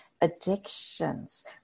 Addictions